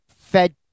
fed